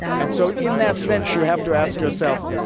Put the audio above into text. and so in that sense you have to ask yourself,